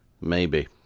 Maybe